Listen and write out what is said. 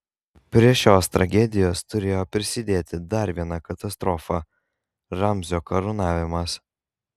prie šios tragedijos turėjo prisidėti dar viena katastrofa ramzio karūnavimas